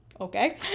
Okay